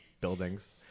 buildings